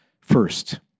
First